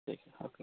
ঠিক আছে